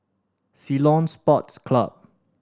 Ceylon Sports Club